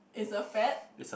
is a fat